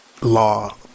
law